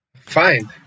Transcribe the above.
Fine